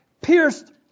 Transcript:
pierced